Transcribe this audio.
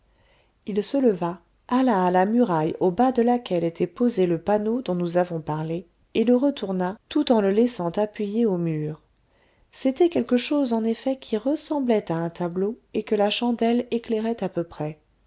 il se leva alla à la muraille au bas de laquelle était posé le panneau dont nous avons parlé et le retourna tout en le laissant appuyé au mur c'était quelque chose en effet qui ressemblait à un tableau et que la chandelle éclairait à peu près